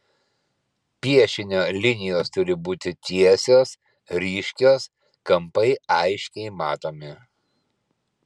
piešinio linijos turi būti tiesios ryškios kampai aiškiai matomi